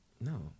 No